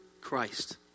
Christ